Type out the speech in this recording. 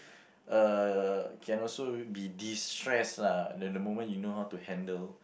uh can also be destressed lah the moment you know how to handle